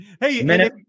Hey